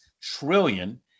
trillion